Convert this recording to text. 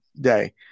day